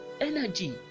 energy